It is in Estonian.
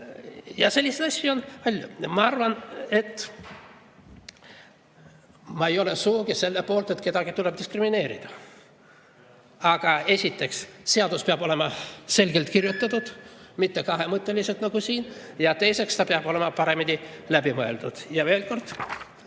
Selliseid asju on palju. Ma ei ole sugugi selle poolt, et kedagi tuleb diskrimineerida. Aga esiteks, seadus peab olema selgelt kirjutatud, mitte kahemõtteliselt nagu siin, ja teiseks, see peab olema paremini läbi mõeldud. Ja veel kord: